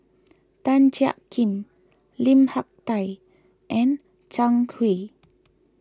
Tan Jiak Kim Lim Hak Tai and Zhang Hui